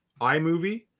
iMovie